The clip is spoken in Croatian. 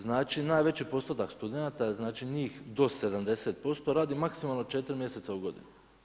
Znači najveći postotak studenata, znači njih do 70% radi maksimalno 4 mjeseca u godini.